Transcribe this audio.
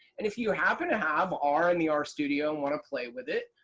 and if you happen to have r in the r studio and want to play with it,